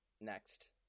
next